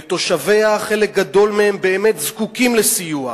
ותושביה, חלק גדול מהם, באמת זקוקים לסיוע.